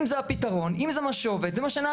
אם זה הפתרון, אם זה מה שעובד, זה מה שנעשה.